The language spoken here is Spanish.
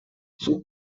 sus